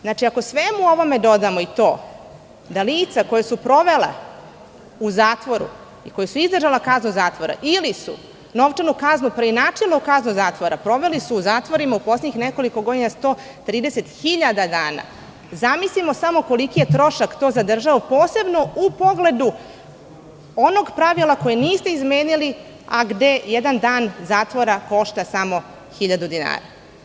Znači, ako svemu ovome dodamo i to da lica koja su provela u zatvoru i koja su izdržala kaznu zatvora ili su novčanu kaznu preinačila u kaznu zatvora, proveli su zatvorima u poslednjih nekoliko godina 130.000 dana. zamislimo samo koliki je trošak to za državu, posebno u pogledu onog pravila koje niste izmenili, a gde jedan dan zatvora košta samo 1.000 dinara.